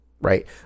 right